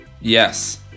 Yes